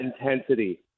intensity